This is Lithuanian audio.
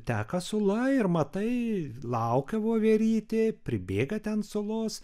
teka sula ir matai laukia voverytė pribėga ten sulos